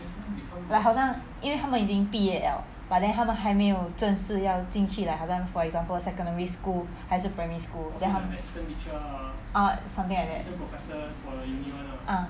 like 好像因为他们已经毕业了 but then 他们还没有正式要进去 like 好像 for example secondary school 还是 primary school ah something like that